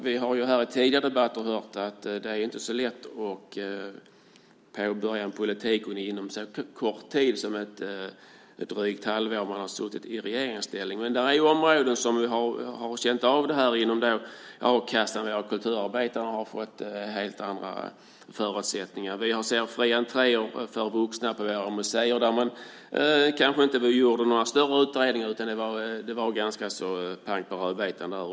Vi har i tidigare debatter hört att det inte är så lätt att påbörja en politik under en så kort tid som ett drygt halvår i regeringsställning. Det finns områden som har känt av detta, till exempel a-kassan för kulturarbetare har fått helt andra förutsättningar. Sedan var det fri-entré-reformen för vuxna vid museer där man inte gjorde några större utredningar. Det var pang på rödbetan.